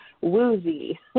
woozy